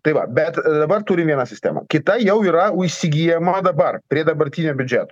tai va bet dabar turim vieną sistemą kita jau yra įsigyjama dabar prie dabartinio biudžeto